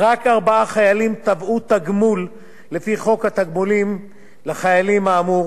רק ארבעה חיילים תבעו תגמול לפי חוק התגמולים לחיילים האמור